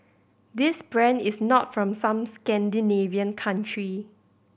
this brand is not from some Scandinavian country